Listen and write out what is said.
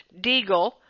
Deagle